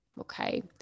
okay